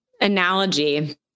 analogy